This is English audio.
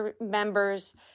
members